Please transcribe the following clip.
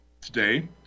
today